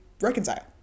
reconcile